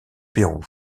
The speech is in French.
pérou